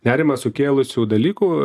nerimą sukėlusių dalykų